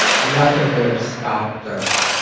nothing would have stopped us.